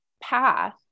path